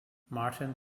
martin